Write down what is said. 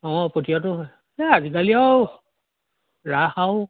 অঁ পতিয়াতো হয় এই আজিকালি আৰু ৰাস আৰু